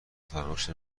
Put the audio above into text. فراموش